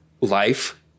life